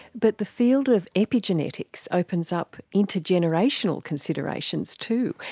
but the field of epigenetics opens up intergenerational considerations too.